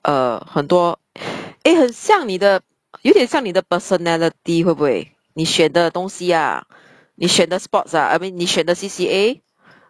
uh 很多 eh 很像你的有点像你的 personality 会不会你选的东西 ah 你选的 sports ah I mean 你选的 C_C_A